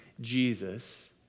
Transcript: Jesus